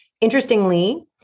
Interestingly